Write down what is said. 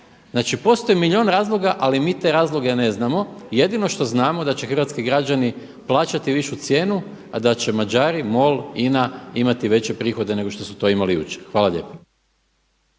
Znači postoji milijun razloga, ali mi te razloge ne znamo. Jedino što znamo da će hrvatski građani plaćati višu cijenu, a da će Mađari, MOL, INA imati veće prihode nego što su to imali jučer. Hvala lijepo.